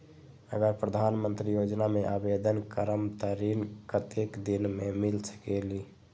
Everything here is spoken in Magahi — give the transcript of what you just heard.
अगर प्रधानमंत्री योजना में आवेदन करम त ऋण कतेक दिन मे मिल सकेली?